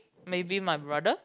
maybe my brother